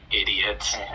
idiots